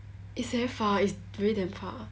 it's very far it's really damn far